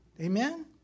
Amen